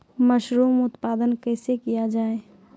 Mushroom उत्पादन कैसे किया जाय?